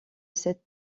cette